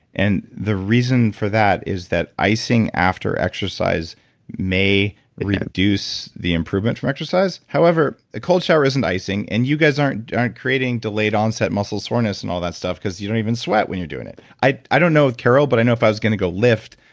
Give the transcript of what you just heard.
and the reason for that is that icing after exercise may reduce the improvement from exercise however, a cold shower isn't icing and you guys aren't creating delayed onset muscle soreness and all that stuff because you don't even sweat when you're doing it i i don't know with car o l but i know if i was going to go lift,